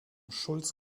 schulz